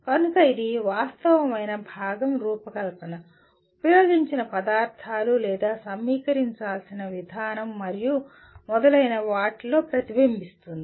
కనుక ఇది వాస్తవమైన భాగం రూపకల్పన ఉపయోగించిన పదార్థాలు లేదా సమీకరించాల్సిన విధానం మరియు మొదలైన వాటిలో ప్రతిబింబిస్తుంది